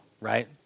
Right